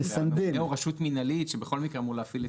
והממונה הוא רשות מינהלית שבכל מקרה אמור להפעיל את